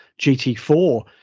GT4